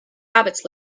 hobbits